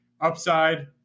upside